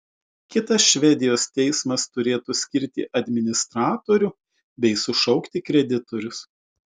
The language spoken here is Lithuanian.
kitas švedijos teismas turėtų skirti administratorių bei sušaukti kreditorius